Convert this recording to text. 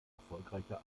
erfolgreiche